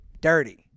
dirty